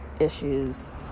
issues